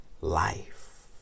life